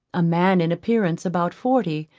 a man in appearance about forty,